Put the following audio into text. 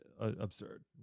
absurd